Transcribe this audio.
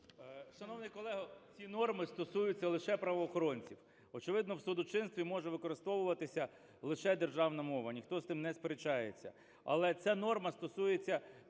Шановний колего, ці норми стосуються лише правоохоронців. Очевидно, в судочинстві може використовуватися лише державна мова. Ніхто з тим не сперечається. Але ця норма стосується поведінки